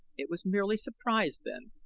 it was merely surprise, then,